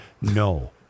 No